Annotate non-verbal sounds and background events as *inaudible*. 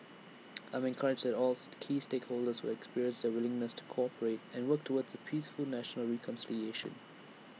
*noise* I'm encouraged that all *unintelligible* key stakeholders have expressed their willingness to cooperate and work towards peaceful national reconciliation